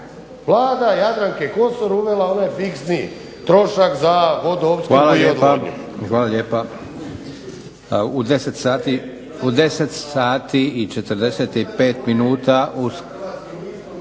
Vlada Jadranke Kosor je uvela onaj fiksni trošak za vodoopskrbu i odvodnju.